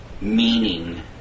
meaning